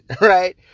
right